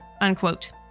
unquote